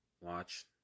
Watch